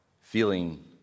feeling